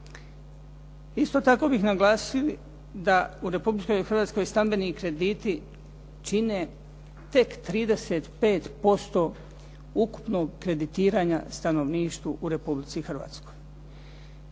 Isto tako bi naglasili da u Republici Hrvatskoj stambeni krediti čine tek 35% ukupnog kreditiranja stanovništva u Republici Hrvatskoj.